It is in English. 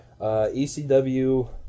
ECW